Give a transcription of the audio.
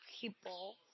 people